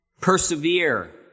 persevere